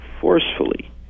forcefully